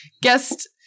guest